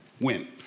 win